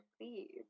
Please